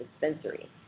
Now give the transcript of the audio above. dispensary